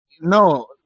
No